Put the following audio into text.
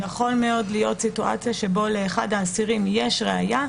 יכולה מאוד להיות סיטואציה שבה לאחד האסירים יש ראיה,